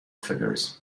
figures